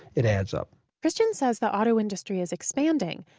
it adds up christian says the auto industry is expanding.